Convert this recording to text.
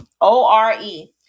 o-r-e